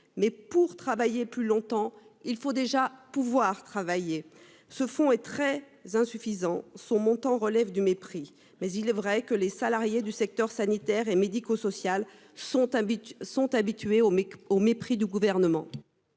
Mais pour travailler plus longtemps, il faut déjà pouvoir travailler. Ce fonds est très insuffisant. Son montant relève du mépris. Au reste, il est vrai que les salariés du secteur sanitaire et médico-social sont habitués au mépris du Gouvernement.